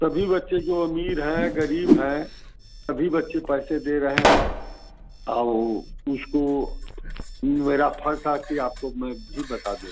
सभी बच्चे जो अमीर हैं गरीब हैं सभी बच्चे पैसे दे रहे हैं और उसको मेरा फर्ज था कि आपको मैं भी बता दूँ